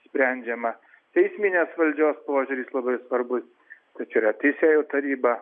sprendžiama teisminės valdžios požiūris labai svarbus tad yra teisėjų taryba